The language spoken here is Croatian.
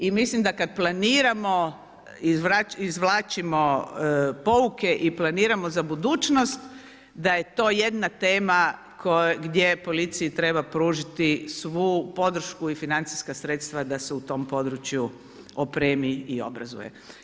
I mislim da kad planiramo, izvlačimo pouke i planiramo za budućnost, da je to jedna tema gdje policiji treba pružiti svu podršku i financijska sredstva da se u tom području opremi i obrazuje.